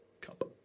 cup